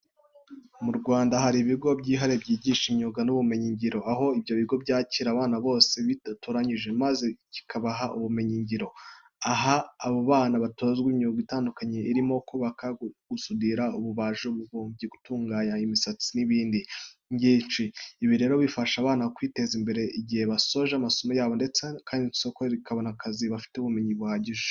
Mu Rwanda hari ibigo byihariye byigisha imyuga n'ubumenyingiro, aho ibyo bigo byakira abana bose kidatoranyije maze kikabaha ubumenyingiro. Aha abo bana batozwa imyuga itandukanye irimo kubaka, gusudira, ububaji, ububumbyi, gutunganya imisatsi n'iyindi myinshi. Ibi rero bifasha ba bana kwiteza imbere igihe basoje amasomo yabo ndetse kandi n'isoko rikabona abakozi bafite ubumenyi buhagije.